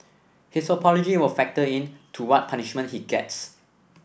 his apology will factor in to what punishment he gets